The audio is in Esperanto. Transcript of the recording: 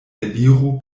eliru